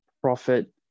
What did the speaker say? profit